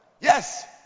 Yes